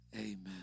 Amen